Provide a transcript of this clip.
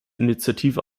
initiative